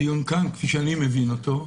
הדיון כאן, כפי שאני מבין אותו,